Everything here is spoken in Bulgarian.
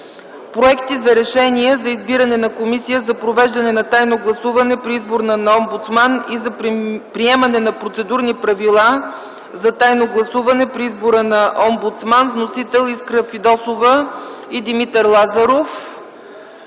проекти за решения за избиране на Комисия за провеждане на тайно гласуване при избор на омбудсман и за приемане на процедурни правила за тайно гласуване при избора на омбудсман. Вносители са Искра Фидосова и Димитър Лазаров.